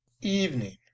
Evening